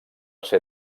ser